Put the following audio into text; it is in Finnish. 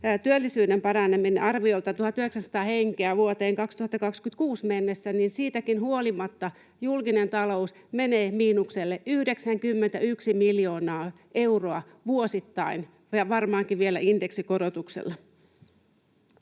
työllisyyden paraneminen, arviolta 1 900 henkeä vuoteen 2026 mennessä, niin siitäkin huolimatta julkinen talous menee miinukselle 91 miljoonaa euroa vuosittain, varmaankin vielä indeksikorotuksella.